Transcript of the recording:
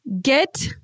Get